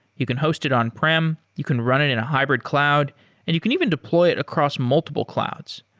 you can host it on-prem, you can run it in a hybrid cloud and you can even deploy it across multiple clouds.